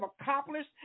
accomplished